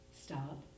stop